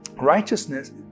Righteousness